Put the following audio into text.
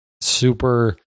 super